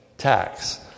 Tax